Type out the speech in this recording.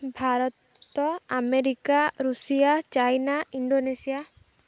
Bharat America Russia China Indonesia